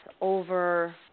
over